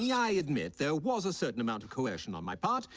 yeah i admit there was a certain amount of coercion on my part,